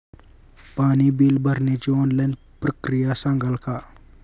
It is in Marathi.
पाणी बिल भरण्याची ऑनलाईन प्रक्रिया सांगाल का?